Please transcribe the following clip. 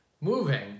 moving